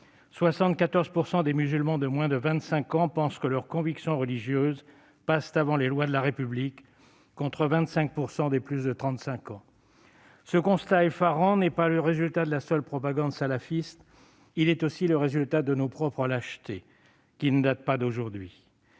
74 % des musulmans de moins de 25 ans pensent que leurs convictions religieuses passent avant les lois de la République, contre 25 % des plus de 35 ans. Ce constat effarant n'est pas le résultat de la seule propagande salafiste, il est aussi le résultat de nos propres lâchetés, qui ne datent pas d'aujourd'hui.